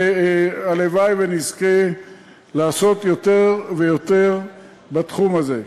הלוואי שנזכה לעשות יותר ויותר בתחום הזה.